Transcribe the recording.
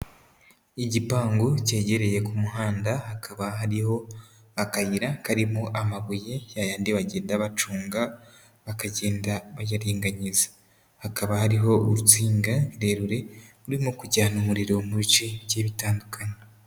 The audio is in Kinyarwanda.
Igipangu cyegereye ku muhanda, hakaba hariho akayira karimo amabuye, ya yandi bagenda bacunga, bakagenda bayaringaniza. Hakaba hariho urukinga rurerure, rurimo kujyana umuriro mu bice bigiye bitandukanye.